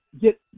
get